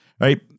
Right